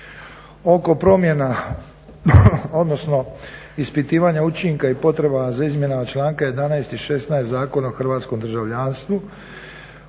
Oko promjena odnosno ispitivanje učinka i potrebama za izmjenama članka 11.i 16. Zakona o hrvatskom državljanstvu.